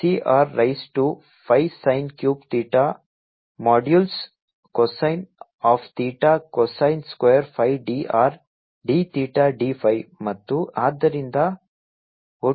C r raise to 5 sin cube theta modulus cosine of theta cosine square phi d R d theta d pi